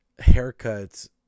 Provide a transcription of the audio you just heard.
haircuts